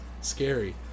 scary